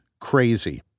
crazy